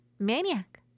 Maniac